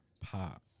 pop